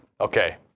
okay